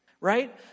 right